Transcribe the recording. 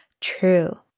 True